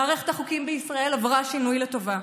מערכת החוקים בישראל עברה שינוי לטובה,